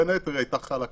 בין היתר היא הייתה חלה כאן.